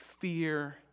fear